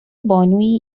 بانویی